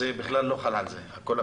אז זה 100%. זה